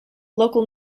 local